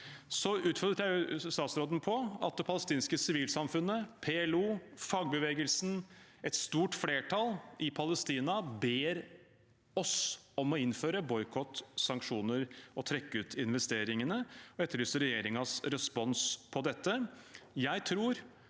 utenriksministeren på at det palestinske sivilsamfunnet, PLO, fagbevegelsen – et stort flertall i Palestina – ber oss om å innføre boikott og sanksjoner og trekke ut investeringene, og de etterlyser regjeringens respons på dette.